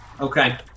Okay